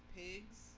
pigs